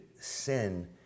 sin